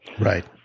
Right